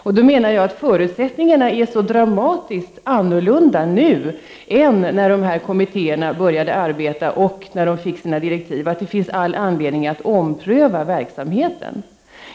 Eftersom förutsättningarna nu är så dramatiskt annorlunda än när denna kommitté började arbeta och fick sina direktiv, så finns det anledning att ompröva verksamheten.